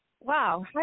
wow